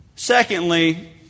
Secondly